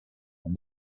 and